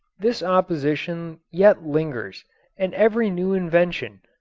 this opposition yet lingers and every new invention,